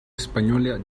española